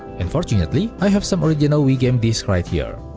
and fortunately, i have some original wii game disc right here.